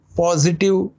positive